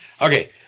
Okay